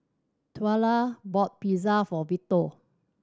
Twyla bought Pizza for Vito